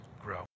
grow